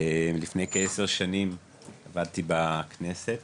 לפני כ-10 שנים עבדתי בכנסת,